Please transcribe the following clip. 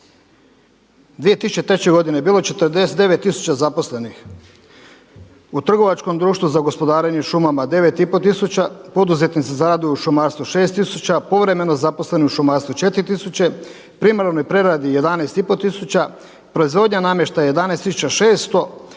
2003. godine je bilo 99000 zaposlenih u trgovačkom društvu za gospodarenje šumama 9 i pol tisuća. Poduzetnici zarade u šumarstvu 6000, povremeno zaposleni u šumarstvu 4000, primarnoj preradi 11 i pol tisuća, proizvodnja namještaja 11600,